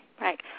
Right